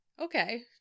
Okay